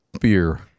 beer